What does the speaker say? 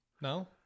No